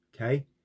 okay